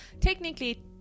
Technically